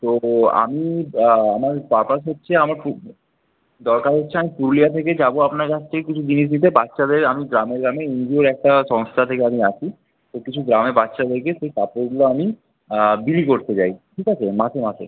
তো আমি আমার পারপাস হচ্ছে আমার খুব দরকার হচ্ছে আমি পুরুলিয়া থেকে যাবো আপনার কাছ থেকে কিছু জিনিস নিতে বাচ্চাদের আমি গ্রামে গ্রামে নিজের একটা সংস্থা থেকে আমি আসি তো কিছু গ্রামে বাচ্চাদেরকে সেই কাপড়গুলো আমি বিলি করতে যাই ঠিক আছে মাসে মাসে